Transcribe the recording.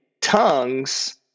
tongues